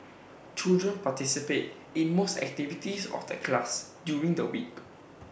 children participate in most activities of the class during the week